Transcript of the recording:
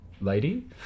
lady